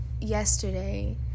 yesterday